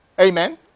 amen